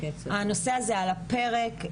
הנושא הזה על הפרק,